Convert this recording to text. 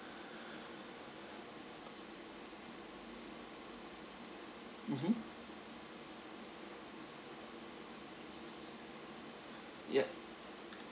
mmhmm ya